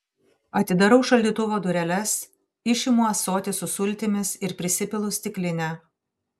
atidarau šaldytuvo dureles išimu ąsotį su sultimis ir prisipilu stiklinę